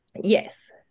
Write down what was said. Yes